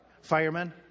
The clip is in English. Firemen